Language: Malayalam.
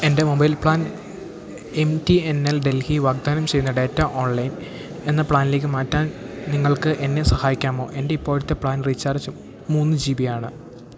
എൻ്റെ mobile plan M T N L Delhi വാഗ്ദാനം ചെയ്യുന്ന ഡാറ്റ ഓൺലൈൻ എന്ന പ്ലാനിലേക്ക് മാറ്റാൻ നിങ്ങൾക്ക് എന്നെ സഹായിക്കാമോ എൻ്റെ ഇപ്പോഴത്തെ പ്ലാൻ റീചാർജ് മൂന്ന് ജി ബി ആണ്